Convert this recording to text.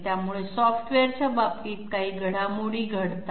त्यामुळे सॉफ्टवेअरच्या बाबतीत काही घडामोडी घडतात